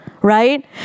right